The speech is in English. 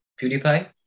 PewDiePie